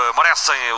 merecem